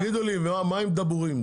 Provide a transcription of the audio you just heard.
תגידו לי מה עם דבורים?